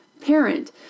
parent